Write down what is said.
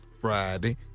Friday